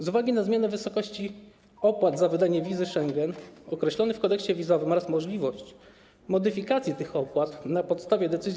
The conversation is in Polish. Z uwagi na zmianę wysokości opłat za wydanie wizy Schengen określonych w kodeksie wizowym oraz możliwość modyfikacji tych opłat na podstawie decyzji